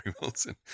Wilson